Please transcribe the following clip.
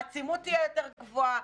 העצימות תהיה יותר גבוהה,